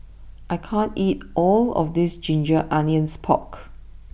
I can't eat all of this Ginger Onions Pork